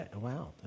Wow